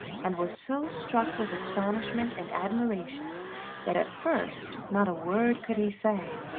and was so struck with astonishment and admiration that at first not a word could he say.